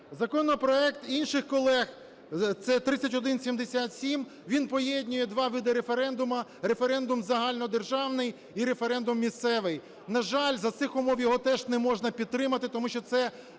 Законопроект інших колег, це 3177, він поєднує два види референдуму – референдум загальнодержавний і референдум місцевий. На жаль, за цих умов його теж не можна підтримати, тому що це